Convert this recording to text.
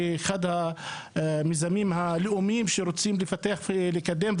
אחד המיזמים הלאומיים שרוצים לפתח ולקדם.